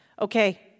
Okay